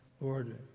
Lord